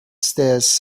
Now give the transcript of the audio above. stairs